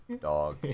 dog